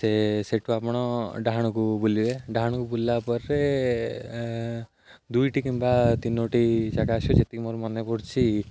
ସେ ସେଠୁ ଆପଣ ଡାହାଣକୁ ବୁଲିବେ ଡାହାଣକୁ ବୁଲିଲା ପରେ ଦୁଇଟି କିମ୍ବା ତିନୋଟି ଜାଗା ଆସିବ ଯେତିକି ମୋର ମନେ ପଡ଼ୁଛିି